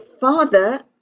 father